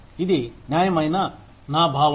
అది న్యాయమైన నా భావం